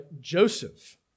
Joseph